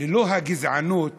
ללא הגזענות